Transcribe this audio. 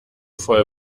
voll